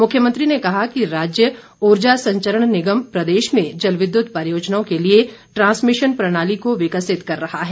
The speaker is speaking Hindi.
मुख्यमंत्री ने कहा कि राज्य ऊर्जा संचरण निगम प्रदेश में जल विद्युत परियोजनाओं के लिए ट्रांसमिशन प्रणाली को विकसित कर रहा है